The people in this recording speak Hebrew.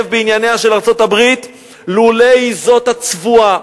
בענייניה של ארצות-הברית לולא היא זאת הצבועה,